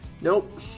Nope